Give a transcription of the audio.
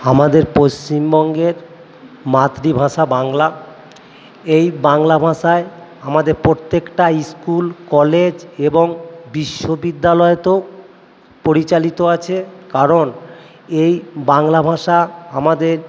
আমাদের পশ্চিমবঙ্গের মাতৃভাষা বাংলা এই বাংলা ভাষায় আমাদের প্রত্যেকটা স্কুল কলেজ এবং বিশ্ববিদ্যালয়তেও পরিচালিত আছে কারণ এই বাংলা ভাষা আমাদের